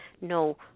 no